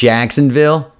Jacksonville